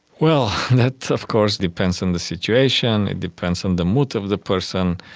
well, that of course depends on the situation, it depends on the mood of the person,